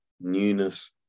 newness